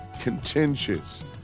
contentious